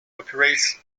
operates